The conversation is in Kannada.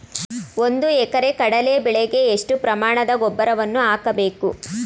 ಒಂದು ಎಕರೆ ಕಡಲೆ ಬೆಳೆಗೆ ಎಷ್ಟು ಪ್ರಮಾಣದ ಗೊಬ್ಬರವನ್ನು ಹಾಕಬೇಕು?